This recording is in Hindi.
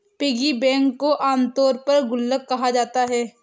पिगी बैंक को आमतौर पर गुल्लक कहा जाता है